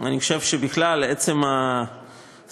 אני חושב שבכלל עצם השיח,